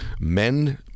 Men